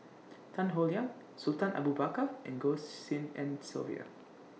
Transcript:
Tan Howe Liang Sultan Abu Bakar and Goh Tshin En Sylvia